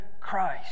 christ